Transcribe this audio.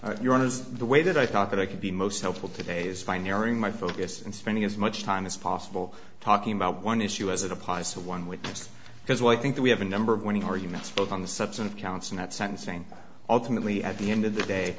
of your own as the way that i thought that i could be most helpful today is fine airing my focus and spending as much time as possible talking about one issue as it applies to one witness because while i think that we have a number of winning arguments both on the substantive counts and at sentencing ultimately at the end of the day